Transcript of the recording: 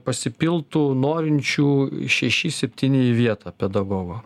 pasipiltų norinčių šeši septyni į vietą pedagogo